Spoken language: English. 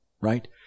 right